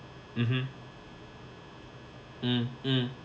mmhmm mm mm